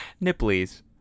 Nipples